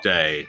Day